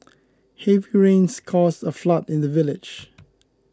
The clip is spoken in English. heavy rains caused a flood in the village